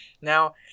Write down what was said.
Now